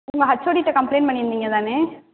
உங்கள் ஹச்ஓடிகிட்டே கம்ப்ளைண்ட் பண்ணியிருந்தீங்க தானே